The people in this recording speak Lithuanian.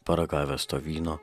paragavęs to vyno